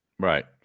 Right